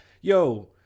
yo